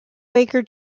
baker